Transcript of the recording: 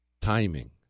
timing